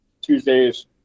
Tuesdays